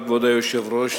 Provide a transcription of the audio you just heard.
כבוד היושב-ראש,